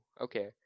okay